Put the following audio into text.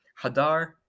Hadar